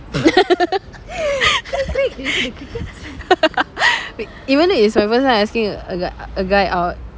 even though it's my first time asking a guy a guy out